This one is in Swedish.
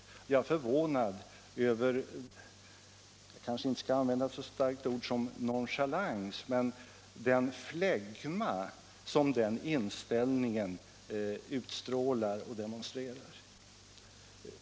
Jag är förvånad över — jag skall inte använda ett så starkt ord som nonchalans — den flegma som denna inställning demonstrerar.